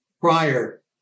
prior